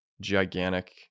gigantic